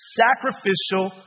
sacrificial